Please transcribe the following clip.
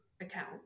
account